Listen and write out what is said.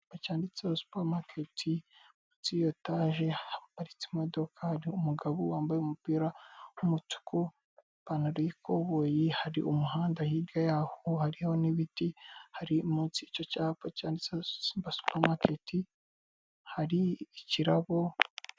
Icuyapa cyanditseho supamaketi, munsi ya etaje haparitse imodoka hari umugabo wambaye umupira w'umutuku ipantao y'ikoboyi hari umuhanda, hirya yaho hariho n'ibiti hari munsi y'icyo cyapa cyanditseho Simba supamaketi, hari ikirabo.